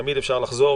תמיד אפשר לחזור,